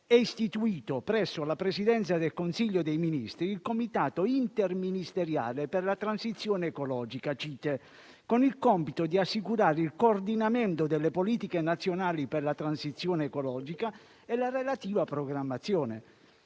è istituito presso la Presidenza del Consiglio dei Ministri il Comitato interministeriale per la transizione ecologica (CITE), con il compito di assicurare il coordinamento delle politiche nazionali per la transizione ecologica e la relativa programmazione.